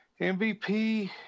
MVP